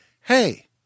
hey